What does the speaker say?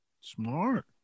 Smart